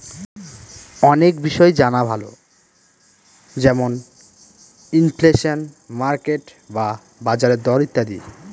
অনেক বিষয় জানা ভালো যেমন ইনফ্লেশন, মার্কেট বা বাজারের দর ইত্যাদি